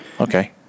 okay